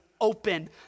open